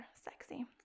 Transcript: sexy